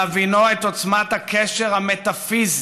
בהבינו את עוצמת הקשר המטאפיזי,